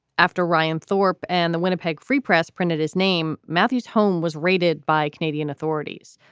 after ryan thorpe and the winnipeg free press printed his name, matthews home was raided by canadian authorities.